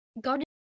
God